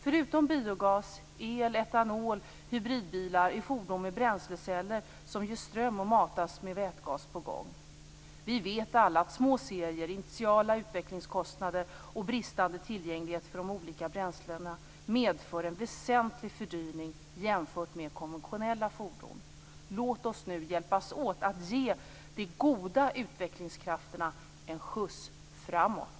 Förutom biogas, el, etanol och hybridbilar är fordon med bränsleceller som ger ström och matas med vätgas på gång. Vi vet alla att små serier, initiala utvecklingskostnader och bristande tillgänglighet för de olika bränslena medför en väsentlig fördyring jämfört med konventionella fordon. Låt oss nu hjälpas åt att ge de goda utvecklingskrafterna en skjuts framåt!